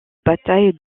bataille